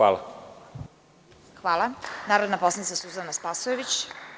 Reč ima narodna poslanica Suzana Spasojević.